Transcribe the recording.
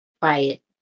quiet